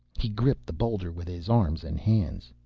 he gripped the boulder with his arms and hands.